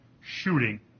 shooting